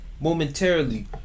momentarily